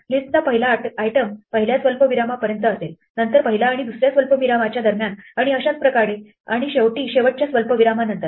लिस्टचा पहिला आयटम पहिल्या स्वल्पविरामापर्यंत असेल नंतर पहिल्या आणि दुसऱ्या स्वल्पविरामाच्या दरम्यान आणि अशाच प्रकारे आणि शेवटी शेवटच्या स्वल्पविरामानंतर